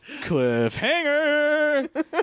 Cliffhanger